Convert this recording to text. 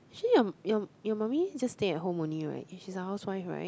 actually your your your mummy just stay at home only right she's a housewife right